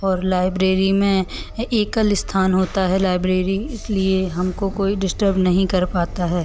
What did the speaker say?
और लाइब्रेरी में एकल स्थान होता है लाइब्रेरी इसलिए हमको कोई डिस्टर्ब नहीं कर पाता है